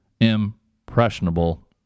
impressionable